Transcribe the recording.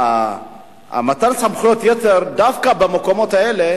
שמתן סמכויות יתר דווקא במקומות האלה